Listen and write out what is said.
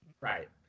Right